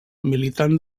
militant